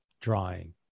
drawing